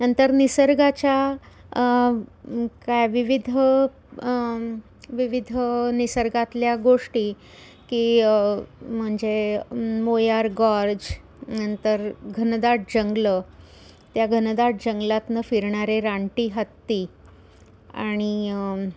नंतर निसर्गाच्या काय विविध विविध निसर्गातल्या गोष्टी की म्हणजे मोयार गॉर्ज नंतर घनदाट जंगलं त्या घनदाट जंगलातनं फिरणारे रानटी हत्ती आणि